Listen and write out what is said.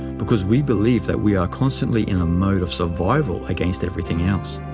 because we believe that we are constantly in a mode of survival against everything else.